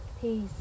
Peace